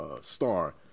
star